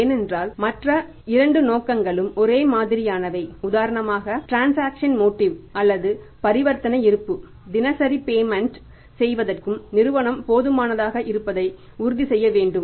ஏனென்றால் மற்ற 2 நோக்கங்களும் ஒரே மாதிரியானவை உதாரணமாக ட்ரான்ஸாக்ஷன் மோட்டிவ் செய்வதற்கும் நிறுவனம் போதுமானதாக இருப்பதை உறுதி செய்ய வேண்டும்